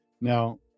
Now